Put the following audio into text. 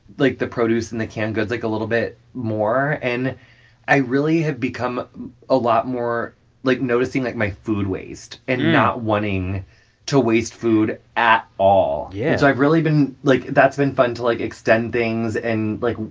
like, the produce and the canned goods, like, a little bit more. and i really have become a lot more like noticing, like, my food waste and not wanting to waste food at all yeah and so i've really been, like that's been fun to, like, extend things. and, like,